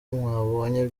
mwabonye